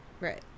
right